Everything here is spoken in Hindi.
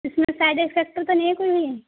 इसमें साइड इफेक्ट तो नहीं है कोई भी